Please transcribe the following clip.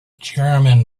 chairman